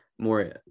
more